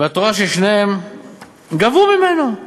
ואת רואה ששניהם גבו ממנו,